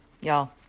Y'all